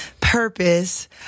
purpose